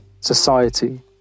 society